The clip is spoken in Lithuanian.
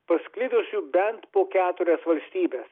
pasklidusių bent po keturias valstybes